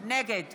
נגד